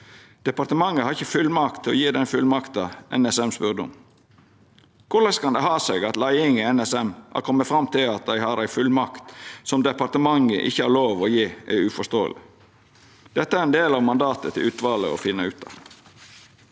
Departementet har ikkje fullmakt til å gje den fullmakta NSM spurde om. Korleis det kan ha seg at leiinga i NSM har kome fram til at dei har ei fullmakt som departementet ikkje har lov til å gje, er uforståeleg. Dette er ein del av mandatet til utvalet å finna ut av.